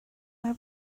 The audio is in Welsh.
mae